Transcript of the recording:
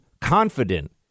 confident